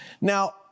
Now